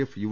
F U